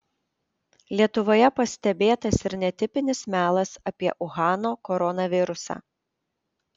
lietuvoje pastebėtas ir netipinis melas apie uhano koronavirusą